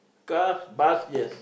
cars bus yes